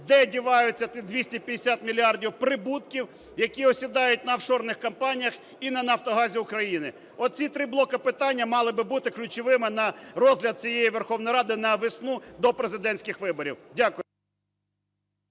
де діваються ті 250 мільярдів прибутків, які осідають на офшорних компаніях і на "Нафтогазі" України. Оці три блока питання мали би бути ключовими на розгляді цієї Верховної Ради на весну до президентських виборів. Дякую.